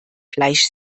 fleisch